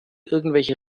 irgendwelche